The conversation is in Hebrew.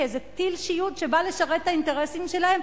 כאיזה טיל שיוט שבא לשרת את האינטרסים שלהם,